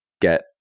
get